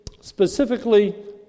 specifically